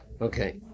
okay